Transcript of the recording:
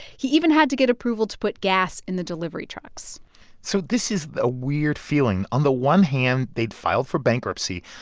he even had to get approval to put gas in the delivery trucks so this is a weird feeling. on the one hand, they'd filed for bankruptcy.